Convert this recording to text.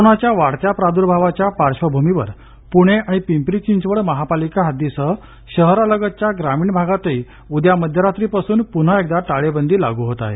कोरोनाच्या वाढत्या प्रादुर्भावाच्या पार्श्वभूमीवर पुणे आणि पिंपरी चिंचवड महापालिका हद्दीसह शहरालगतच्या ग्रामीण भागातही उद्या मध्यरात्रीपासून पुन्हा एकदा टाळेबंदी लागू होत आहे